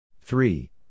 Three